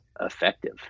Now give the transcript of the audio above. effective